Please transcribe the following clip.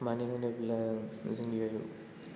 मानो होनोब्ला आङो जोंनि